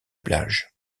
plage